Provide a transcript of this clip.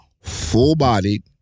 full-bodied